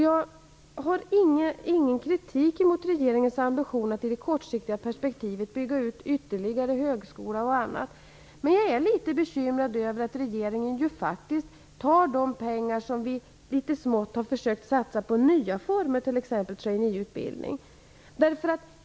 Jag har ingen kritik mot regeringens ambition att i det kortsiktiga perspektivet ytterligare bygga ut högskola och annat, men jag är litet bekymrad över att regeringen ju faktiskt tar de pengar som vi har försökt satsa på nya former, t.ex. trainee-utbildning.